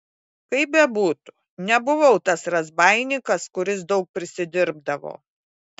kaip bebūtų nebuvau tas razbaininkas kuris daug prisidirbdavo